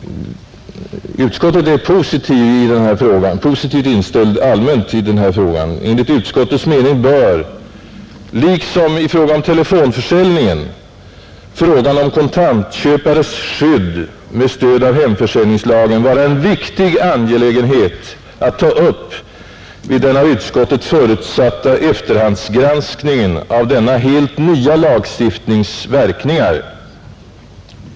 Utskottet är allmänt positivt inställt till den här frågan. Enligt utskottets mening bör, liksom i fråga om telefonförsäljningen, frågan om kontantköpares skydd med stöd av hemförsäljningslagen vara en viktig angelägenhet att ta upp vid den av utskottet förutsatta efterhandsgranskningen av denna helt nya lagstiftnings verkningar.